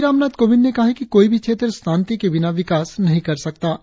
राष्ट्रपति रामनाथ कोविंद ने कहा कि कोई भी क्षेत्र शांति के बिना विकास नहीं कर सकता